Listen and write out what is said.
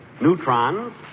Neutrons